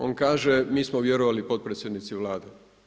On kaže, mi smo vjerovali potpredsjednici Vlade.